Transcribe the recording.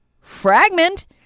fragment